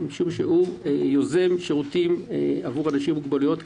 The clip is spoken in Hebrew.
על פעולתה של המסגרת בקשר לשירות הייעודי האמור בפסקה (1);